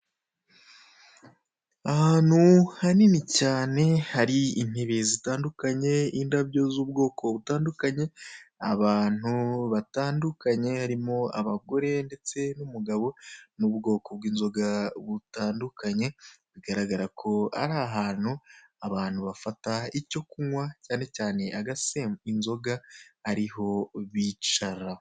Ahantu hanini cyane hari intebe zitandukanye, indabyo z'ubwoko butandukanye, abantu batandukanye harimo abagore ndetse n'umugabo n'ubwoko bw'inzoga butandukanye, bigaragara ko ari ahantu abantu bafata icyo kunywa cyane cyane agasembuye (inzoga)ariho bicara.